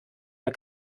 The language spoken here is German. der